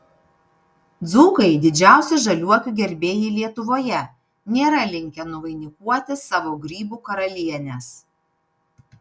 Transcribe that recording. dzūkai didžiausi žaliuokių gerbėjai lietuvoje nėra linkę nuvainikuoti savo grybų karalienės